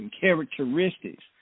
characteristics